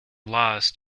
lost